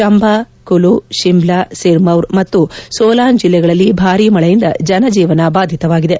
ಚಂಬಾ ಕುಲ್ಲು ಶಿಮ್ಲಾ ಸಿರ್ಮೌರ್ ಮತ್ತು ಸೋಲಾನ್ ಜಿಲ್ಲೆಗಳಲ್ಲಿ ಭಾರೀ ಮಳೆಯಿಂದ ಜನಜೀವನ ಭಾದಿತವಾಗಿದೆ